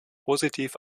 positiv